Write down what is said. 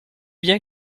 bien